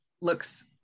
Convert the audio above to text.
looks